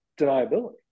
deniability